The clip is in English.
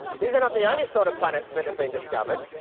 these are not the only sort of planets that have been discovered.